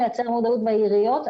לייצר מודעות בעיריות.